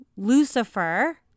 Lucifer